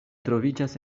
troviĝas